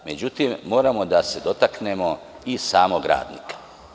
Međutim, moramo da se dotaknemo i samog radnika.